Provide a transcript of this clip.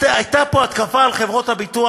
הייתה פה התקפה על חברות הביטוח,